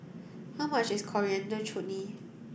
how much is Coriander Chutney